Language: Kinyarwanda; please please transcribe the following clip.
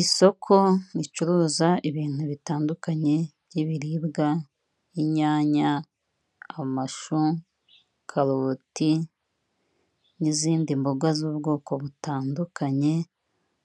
Isoko ricuruza ibintu bitandukanye by'ibiribwa inyanya, amashu, kaboti n'izindi mboga z'ubwoko butandukanye,